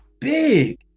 big